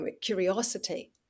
curiosity